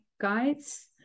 guides